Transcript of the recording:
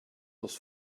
was